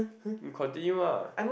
you continue lah